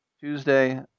Tuesday